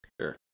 Sure